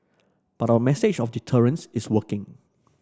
but our message of deterrence is working